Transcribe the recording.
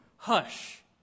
Hush